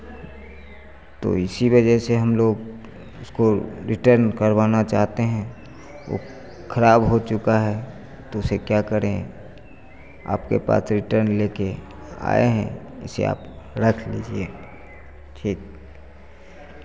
तो इसी वजह से हम लोग उसको रिटर्न करवाना चाहते हैं वह खराब हो चुका है तो उसे क्या करें आपके पास रिटर्न लेकर आए हैं इसे आप रख लीजिए ठीक